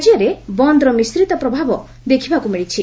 ରାଜ୍ୟରେ ବନ୍ଦ୍ର ମିଶ୍ରିତ ପ୍ରଭା ଦେଖିବାକୁ ମିଳିଛି